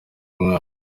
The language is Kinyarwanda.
mwana